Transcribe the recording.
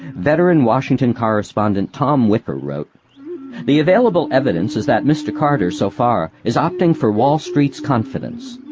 veteran washington correspondent tom wicker wrote the available evidence is that mr. carter so far is opting for wall street's confidence.